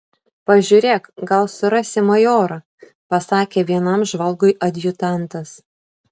pažiūrėk gal surasi majorą pasakė vienam žvalgui adjutantas